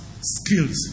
skills